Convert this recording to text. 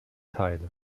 teile